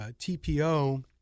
tpo